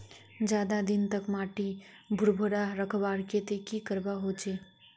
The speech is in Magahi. ज्यादा दिन तक माटी भुर्भुरा रखवार केते की करवा होचए?